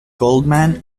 goldman